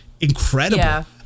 incredible